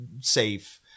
safe